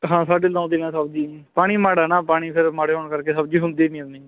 ਹਾਂ ਸਾਡੇ ਲਾਉਂਦੇ ਨਾ ਸਬਜ਼ੀਆਂ ਪਾਣੀ ਮਾੜਾ ਨਾ ਪਾਣੀ ਫਿਰ ਮਾੜੇ ਹੋਣ ਕਰਕੇ ਸਬਜ਼ੀ ਹੁੰਦੀ ਨਹੀਂ ਉਨੀ